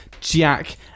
Jack